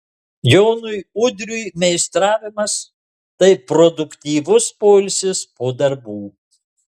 jonui udriui meistravimas tai produktyvus poilsis po darbų